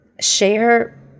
share